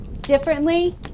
differently